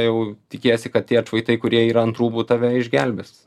jau tikiesi kad tie atšvaitai kurie yra ant rūbų tave išgelbės